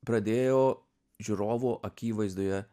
pradėjo žiūrovo akivaizdoje